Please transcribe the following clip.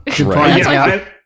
Right